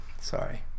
Sorry